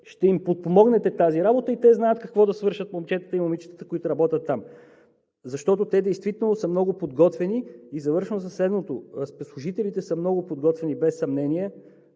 ще подпомогнете тази работа, а те знаят какво да свършат – момчетата и момичетата, които работят там, защото те действително са много подготвени. И завършвам със следното – служителите са много подготвени без съмнение,